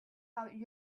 out